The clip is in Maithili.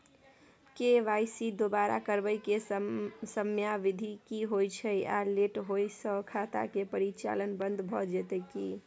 के.वाई.सी दोबारा करबै के समयावधि की होय छै आ लेट होय स खाता के परिचालन बन्द भ जेतै की?